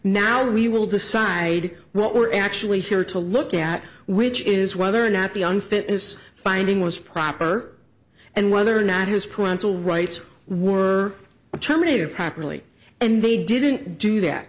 now we will decide what we're actually here to look at which is whether or not the unfit is finding was proper and whether or not his parental rights were terminated properly and they didn't do that